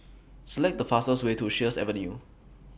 Select The fastest Way to Sheares Avenue